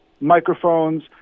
microphones